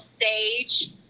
stage